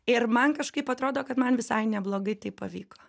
ir man kažkaip atrodo kad man visai neblogai tai pavyko